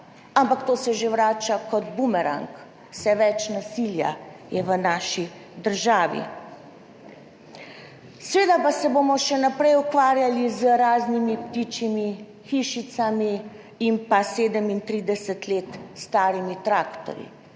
Ampak to se že vrača kot bumerang. Vse več nasilja je v naši državi. Seveda pa se bomo še naprej ukvarjali z raznimi ptičjimi hišicami in pa 37 let starimi traktorji,